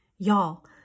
Y'all